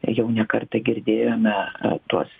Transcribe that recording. jau ne kartą girdėjome tuos